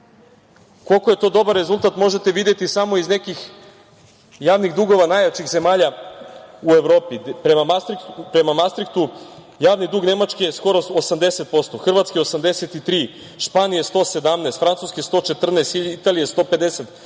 Koliko je to dobar rezultat, možete videti samo iz nekih javnih dugova najjačih zemalja u Evropi. Prema Mastrihtu javni dug Nemačke je skoro 80%, Hrvatske 83%, Španije 117%, Francuske 114%, Italije 157%,